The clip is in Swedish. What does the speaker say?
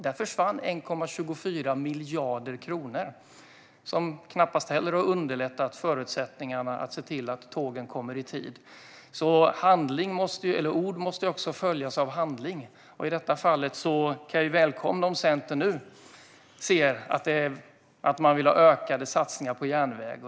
Där försvann 1,24 miljarder kronor, vilket knappast heller har förbättrat förutsättningarna för att se till att tågen kommer i tid. Ord måste följas av handling, och i detta fall välkomnar jag om Centern nu vill ha ökade satsningar på järnväg.